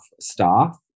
staff